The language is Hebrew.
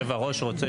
יושב הראש רוצה?